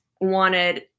wanted